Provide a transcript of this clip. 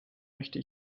möchte